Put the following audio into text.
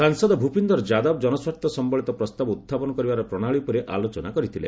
ସାଂସଦ ଭୂପିନ୍ଦର ଯାଦବ ଜନସ୍ୱାର୍ଥ ସମ୍ଭଳିତ ପ୍ରସ୍ତାବ ଉତ୍ଥାପନ କରିବାର ପ୍ରଶାଳୀ ଉପରେ ଆଲୋଚନା କରିଥିଲେ